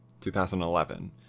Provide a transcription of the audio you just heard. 2011